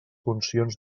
funcions